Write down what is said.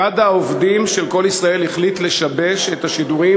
ועד העובדים של "קול ישראל" החליט לשבש את השידורים